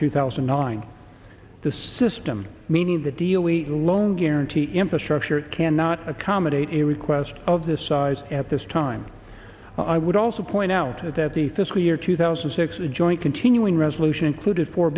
two thousand and nine the system meaning the deal we loan guarantee infrastructure cannot accommodate a request of this size at this time i would also point out that the fiscal year two thousand and six is joint continuing resolution included four